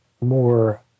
more